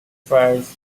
five